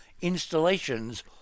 installations